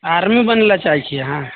army बनै लऽए चाहै छियै अहाँ